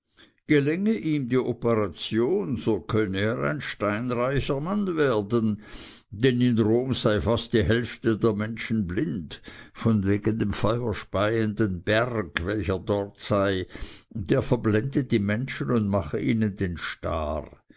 gelänge ihm die operation so könne er ein steinreicher mann werden denn in rom sei fast die hälfte der menschen blind von wegen dem feuerspeienden berg welcher dort sei der verblende die menschen und mache ihnen den star